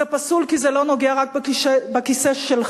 זה פסול כי זה לא נוגע רק בכיסא שלך,